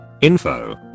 Info